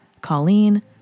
Colleen